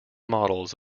models